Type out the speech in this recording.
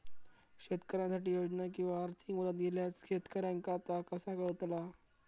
शेतकऱ्यांसाठी योजना किंवा आर्थिक मदत इल्यास शेतकऱ्यांका ता कसा कळतला?